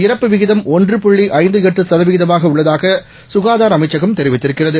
இறப்புவிகிதம்ஒன்றுபுள்ளி ஐந்துஎட்டுசதவிகிதமாகஉள்ளதாகசுகாதாரஅமைச்சகம்தெரி வித்திருக்கிறது